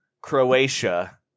Croatia